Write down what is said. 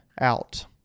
out